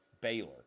Baylor